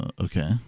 Okay